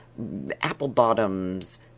Applebottoms